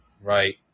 right